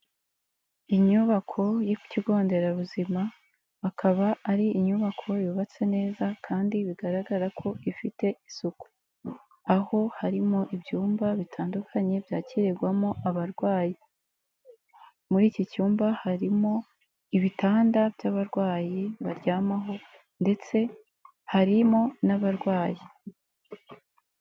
Inyubako y'ikigo nderabuzima, akaba ari inyubako yubatse neza kandi bigaragara ko ifite isuku, aho harimo ibyumba bitandukanye byakirirwamo abarwayi. Muri iki cyumba harimo ibitanda by'abarwayi baryamaho ndetse harimo n'abarwayi.